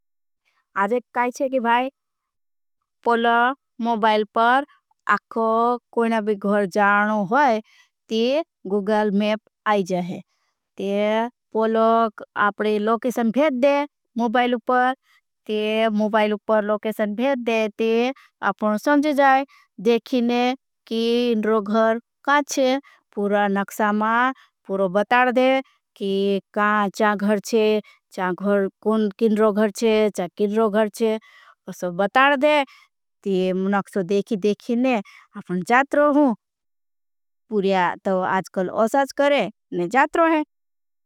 अजे काई है कि भाई पोलोक मोबायल पर आखो कोई ना भी। घ़र जाना होई ते गूगल मेप आई जाहें ते पोलोक आपड़े लोकेशन। भेद दे मोबायल पर लोकेशन भेद दे ते आपने संज़े जाएं देखिने। कि इन्डरो घ़र काँ छे पुरा नक्षा मां पुरो बतार दे कि काँ चा घ़र छे। चा घ़र कुन इंडरो घ़र छे चा इंडरो घ़र छे उससे बतार दे ते मुनाक्षो। देखि देखिने आपने जात्रो हूं पुर्या तो आजकल असाज करे ने जात्रो हैं।